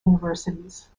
universities